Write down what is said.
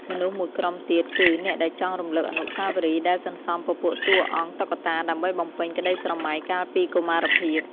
មនុស្សមួយក្រុមទៀតគឺ អ្នកដែលចង់រំលឹកអនុស្សាវរីយ៍ ដែលសន្សំពពួកតួអង្គតុក្កតាដើម្បីបំពេញក្ដីស្រមៃកាលពីកុមារភាព។